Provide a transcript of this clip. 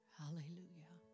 hallelujah